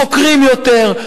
חוקרים יותר.